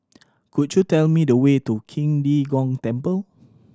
could you tell me the way to Qing De Gong Temple